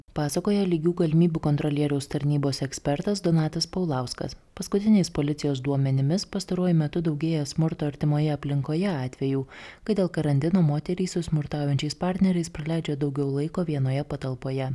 pasakoja lygių galimybių kontrolieriaus tarnybos ekspertas donatas paulauskas paskutiniais policijos duomenimis pastaruoju metu daugėja smurto artimoje aplinkoje atvejų kai dėl karantino moterys su smurtaujančiais partneriais praleidžia daugiau laiko vienoje patalpoje